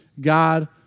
God